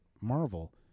Marvel